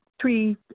three